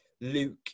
Luke